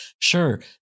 sure